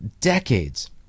decades